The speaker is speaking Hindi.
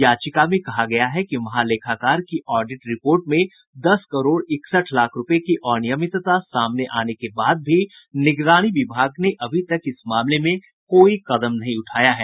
याचिका में कहा गया है कि महालेखाकार की ऑडिट रिपोर्ट में दस करोड़ इकसठ लाख रूपये की अनियमितता सामने आने के बाद भी निगरानी विभाग ने अभी तक इस मामले में कोई कदम नहीं उठाया है